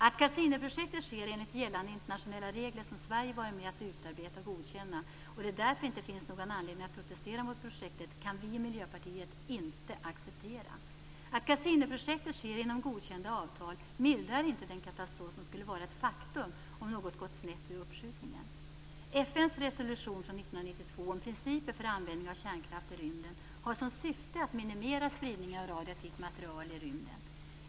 Att Cassiniprojektet genomförs enligt gällande internationella regler, som Sverige varit med om att utarbeta och godkänna, och att det därför inte skulle finnas någon anledning att protestera mot projektet kan vi i Miljöpartiet inte acceptera. Att Cassiniprojektet genomförs inom godkända avtal mildrar inte den katastrof som skulle vara ett faktum, om något går snett vid uppskjutningen. FN:s resolution från 1992 om principer för användning av kärnkraft i rymden har som syfte att minimera spridningen av radioaktivt material i rymden.